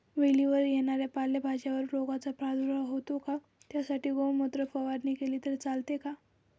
वेलीवर येणाऱ्या पालेभाज्यांवर रोगाचा प्रादुर्भाव होतो का? त्यासाठी गोमूत्र फवारणी केली तर चालते का?